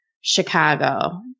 Chicago